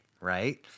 right